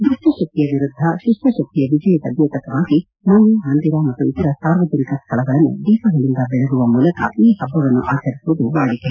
ದುಪ್ಲಶಕ್ತಿಯ ವಿರುದ್ದ ಶಿಷ್ಷ ಶಕ್ತಿಯ ವಿಜಯದ ದ್ಯೋತಕವಾಗಿ ಮನೆ ಮಂದಿರ ಮತ್ತು ಇತರ ಸಾರ್ವಜನಿಕ ಸ್ವಳಗಳನ್ನು ದೀಪಗಳಿಂದ ಬೆಳಗುವ ಮೂಲಕ ಈ ಹಬ್ಬವನ್ನು ಆಚರಿಸುವುದು ವಾಡಿಕೆ